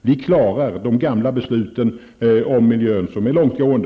Vi klarar i alla fall de gamla besluten om miljön, som är långtgående.